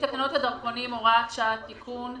תקנות הדרכונים (הוראת שעה) (תיקון),